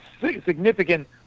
significant